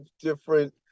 different